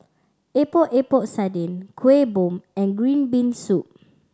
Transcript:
Epok Epok Sardin Kuih Bom and green bean soup